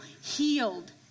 healed